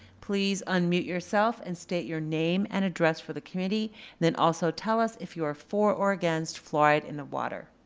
please unmute yourself and state your name and address for the community. and then also tell us if you are for or against fluoride in the water.